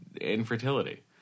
Infertility